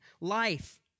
Life